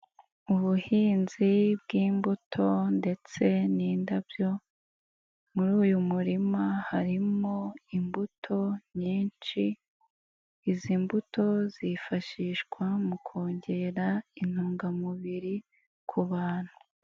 Ubuhinzi bw'imbuto ndetse n'indabyo muri uyu murima harimo imbuto nyinshi izi mbuto zifashishwa mu kongera intungamubiri ku bantu.